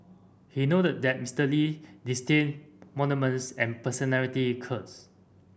he noted that Mister Lee disdained monuments and personality cults